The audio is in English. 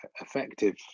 effective